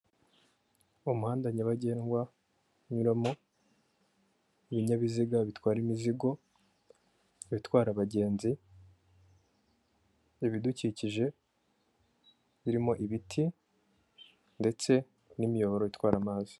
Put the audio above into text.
Umuhanda nyabagendwa unyuramo ibinyabiziga bitwara imizigo, ibitwara abagenzi, ibidukikije birimo ibiti ndetse n'imiyoboro itwara amazi.